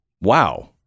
wow